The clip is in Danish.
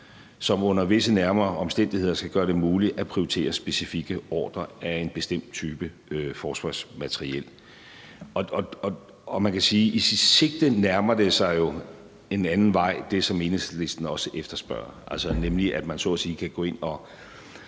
som under visse nærmere omstændigheder skal gøre det muligt at prioritere specifikke ordrer af en bestemt type forsvarsmateriel. Man kan sige, at det i sit sigte jo nærmer sig en anden vej, altså det, som Enhedslisten også efterspørger, nemlig at man så at sige kan gå ind og